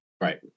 Right